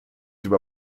über